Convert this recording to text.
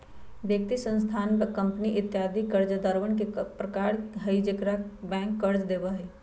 व्यक्ति, संस्थान, कंपनी इत्यादि कर्जदारवन के प्रकार हई जेकरा बैंक कर्ज देवा हई